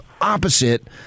opposite